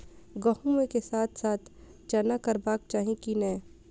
गहुम केँ साथ साथ चना करबाक चाहि की नै?